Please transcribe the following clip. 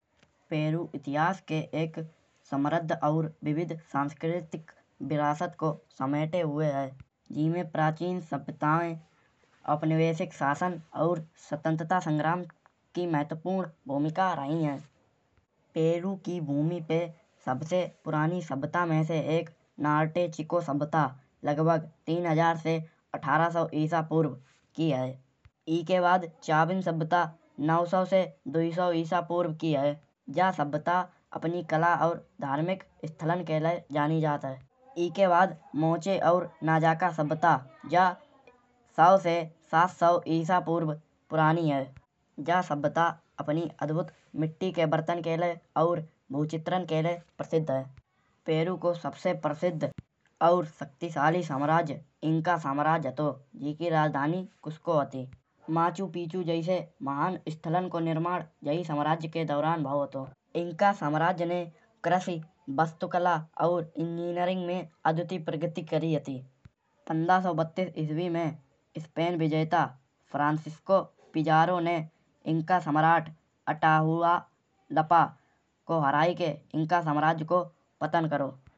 पेरू इतिहास के एक समृद्ध और विविध सांस्कृतिक विरासत को समेटे हुए है। जीमे प्राचीन सभ्यताएँ, औपनिवेशिक शासन और स्वतंत्रता संग्राम की महत्वपूर्ण भूमिका रही है। पेरू की भूमि पे सबसे पुरानी सभ्यता में से एक नार्तेचिको सभ्यता। लगभग तीन हजार से अठारह सौ ईसा पूर्व की है। इसके बाद चाविन सभ्यता नौ सौ से दई सौ ईसा पूर्व की ही। जा सभ्यता अपनी कला और धार्मिक स्थलान के लिए जानी जाती है। इसके बाद मोचे और नजका सभ्यता या सौ से सात सौ ईसा पूर्व पुरानी है। जा सभ्यता अपनी अद्भुत मिट्टी के बर्तन के लिए और भु चित्रण के लिए प्रसिद्ध है। पेरू को सबसे प्रसिद्ध और शक्तिशाली साम्राज्य इंका साम्राज्य हतो। इकी राजधानी कुस्को हती। माचू पिचू जैसे महान स्थलन को निर्माण यही साम्राज्य के दौरान भावो हतो। इंका साम्राज्य ने कृषि वास्तुकला और इंजीनियरिंग में अद्वितीय प्रगति करी हती। पंद्रह सौ बत्तीस ईस्वी में स्पेन विजेता फ्रांसिस्को पिज़ारो ने इंका सम्राट अतहुआलपा को हराके इंका साम्राज्य को पतन करो।